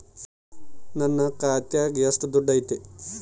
ನನ್ನ ಖಾತ್ಯಾಗ ಎಷ್ಟು ದುಡ್ಡು ಐತಿ?